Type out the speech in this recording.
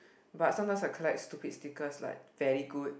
but sometimes I collect stupid stickers like very good